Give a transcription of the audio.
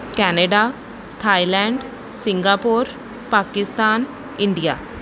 Canada Thailand Singapore Pakistan India